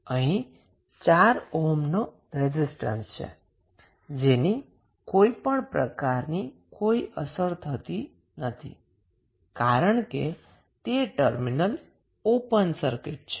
અહીં 4 ઓહ્મનો રેઝિસ્ટન્સ છે જેની કોઈપણ પ્રકારની કોઈ અસર થતી નથી કારણ કે ટર્મિનલ ઓપન સર્કિટ છે